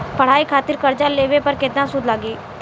पढ़ाई खातिर कर्जा लेवे पर केतना सूद लागी?